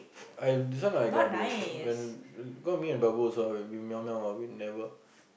I this one I cannot do also then because me and Babu also ah we meow meow ah we never